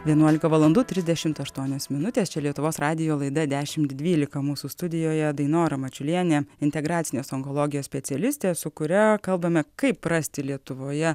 vienuolika valandų trisdešim aštuonios minutės čia lietuvos radijo laida dešimt dvylika mūsų studijoje dainora mačiulienė integracinės onkologijos specialistė su kuria kalbame kaip rasti lietuvoje